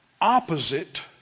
opposite